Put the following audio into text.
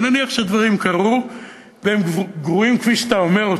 ונניח שהדברים קרו והם גרועים כפי שאתה אומר,